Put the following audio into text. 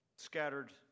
scattered